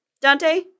Dante